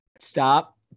Stop